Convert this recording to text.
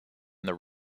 their